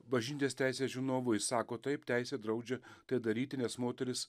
bažnytinės teisės žinovu jis sako taip teisė draudžia tai daryti nes moteris